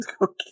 Okay